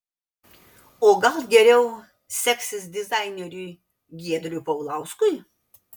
o gal geriau seksis dizaineriui giedriui paulauskui